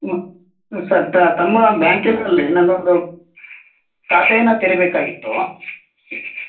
sir ತ ತಮ್ಮ ಬ್ಯಾಂಕಿನಲ್ಲಿ ನನ್ನದೊಂದು ಖಾತೆಯನ್ನ ತೆರಿಬೇಕಾಗಿತ್ತು